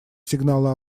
сигналы